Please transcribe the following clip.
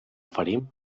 oferim